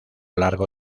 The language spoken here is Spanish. largo